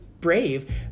brave